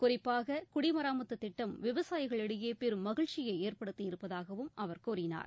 குறிப்பாக குடிமராமத்து திட்டம் விவசாயிகளிடையே பெரும் மகிழ்ச்சியை ஏற்படுத்தியிருப்பதாகவும் அவர் கூறினார்